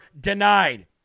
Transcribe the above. denied